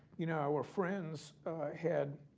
you know, our friends had